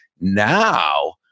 now